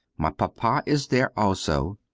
my papa is there also,